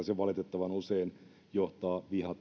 se valitettavan usein johtaa